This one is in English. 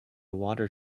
water